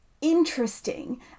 interesting